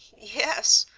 yes,